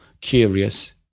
curious